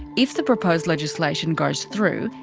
if the proposed legislation goes through,